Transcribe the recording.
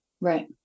Right